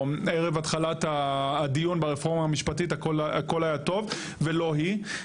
או ערב התחלת הדיון ברפורמה המשפטית הכל היה טוב ולא היא,